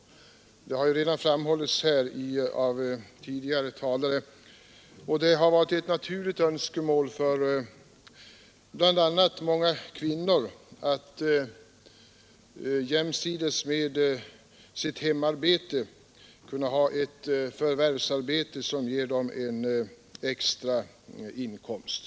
Detta har redan framhållits av tidigare talare, och det har varit ett naturligt önskemål från bl.a. många kvinnor att jämsides med sitt hemarbete kunna ha ett förvärvsarbete som ger dem en extra inkomst.